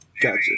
Gotcha